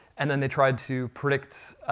and then they tried to predict